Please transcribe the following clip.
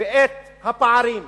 ואת הפערים?